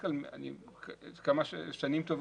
שאם אנחנו מדברים על 22 שנה אחורה,